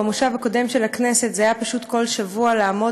במושב הקודם של הכנסת זה היה פשוט כל שבוע לעמוד